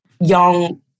young